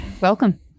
Welcome